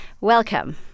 Welcome